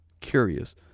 Curious